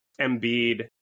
Embiid